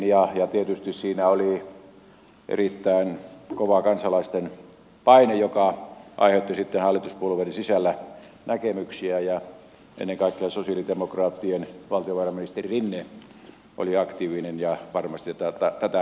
tietysti siinä oli erittäin kova kansalaisten paine joka aiheutti sitten hallituspuolueiden sisällä näkemyksiä ja ennen kaikkea sosialidemokraattien valtiovarainministeri rinne oli aktiivinen ja varmasti tätä asiaa vei siellä hallituksen sisällä eteenpäin